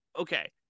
okay